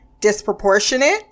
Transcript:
disproportionate